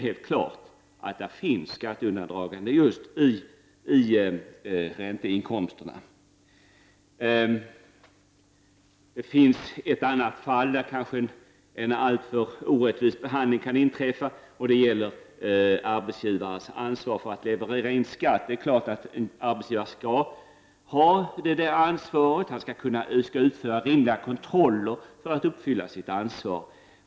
Helt klart förekommer det skatteundandragande när det gäller just ränteinkomsterna. Det finns fall då en alltför orättvis behandling kan inträffa, nämligen då det gäller arbetsgivares ansvar för att leverera in skatt. Det är klart att en arbetsgivare skall ha detta ansvar, och han skall utföra rimliga kontroller för att uppfylla sitt ansvar.